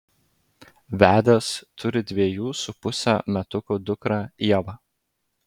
vedęs turi dviejų su puse metukų dukrą ievą